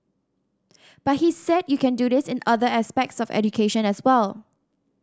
but he said you can do this in other aspects of education as well